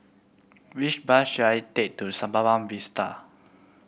which bus should I take to Sembawang Vista